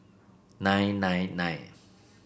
nine nine nine